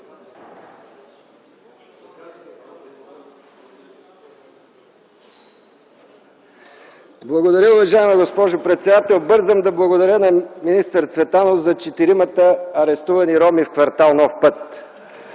Благодаря, уважаема госпожо председател. Бързам да благодаря и на господин Цветанов за четиримата арестувани роми в кв. „Нов път”.